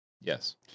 Yes